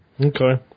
Okay